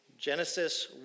Genesis